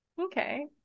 Okay